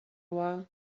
while